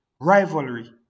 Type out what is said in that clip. rivalry